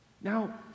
Now